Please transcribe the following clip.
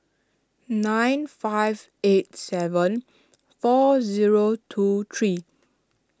nine five eight seven four zero two three